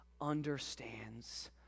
understands